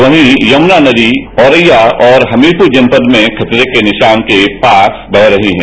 वही यमुना नदी औरैया और हमीरपूर जनपद में खतरे के निशान के पास बह रही हैं